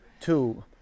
two